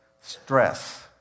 stress